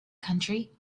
country